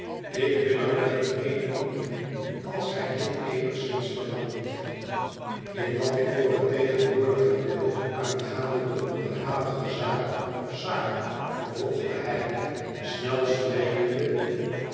ik wil er wel een eed op doen als gij dit eenigszins verlangt in wat ik voor het tegenwoordige beloof aangaande de onderhavige zaak of zaken vervolgde hij